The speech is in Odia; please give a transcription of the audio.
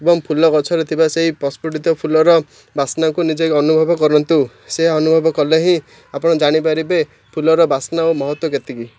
ଏବଂ ଫୁଲ ଗଛରେ ଥିବା ସେଇ ପସ୍ଫୁଟିତ ଫୁଲର ବାସ୍ନାକୁ ନିଜେ ଅନୁଭବ କରନ୍ତୁ ସେ ଅନୁଭବ କଲେ ହିଁ ଆପଣ ଜାଣିପାରିବେ ଫୁଲର ବାସ୍ନା ଓ ମହତ୍ତ୍ୱ କେତିକି